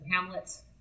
Hamlet